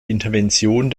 intervention